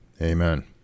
Amen